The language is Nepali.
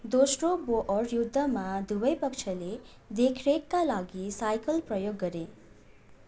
दोस्रो बोअर युद्धमा दुवै पक्षले देखरेखका लागि साइकल प्रयोग गरे